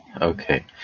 Okay